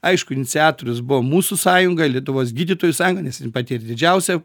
aišku iniciatorius buvo mūsų sąjunga lietuvos gydytojų sąjunga nes ji pati didžiausia